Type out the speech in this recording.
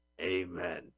Amen